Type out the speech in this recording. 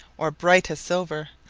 or bright as silver,